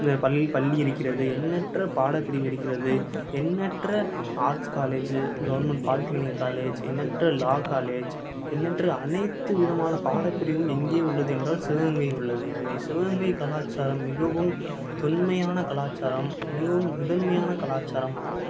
பள்ளியில் பள்ளி இருக்கிறது எண்ணற்ற பாட பிரிவு இருக்கிறது எண்ணற்ற arts college government polytechnic college எண்ணற்ற லா காலேஜ் எண்ணற்ற அனைத்து விதமான பாடப்பிரிவும் எங்கே உள்ளது என்றால் சிவகங்கையில் உள்ளது எனவே சிவகங்கை கலாச்சாரம் மிகவும் தொன்மையான கலாச்சாரம் மிகவும் முதன்மையான கலாச்சாரம் ஆகும்